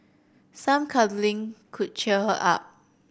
some cuddling could cheer her up